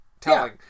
telling